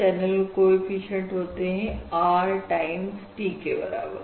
channel को efficient होते ही R टाइम T के बराबर